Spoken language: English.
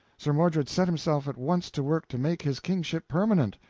sir mordred set himself at once to work to make his kingship permanent.